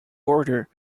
order